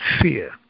fear